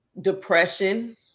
depression